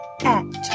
act